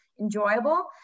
enjoyable